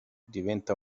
diventa